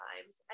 times